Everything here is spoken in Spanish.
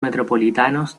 metropolitanos